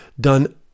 done